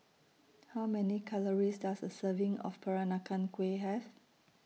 How Many Calories Does A Serving of Peranakan Kueh Have